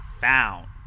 Found